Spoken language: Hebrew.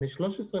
אלא בני 13,